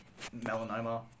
melanoma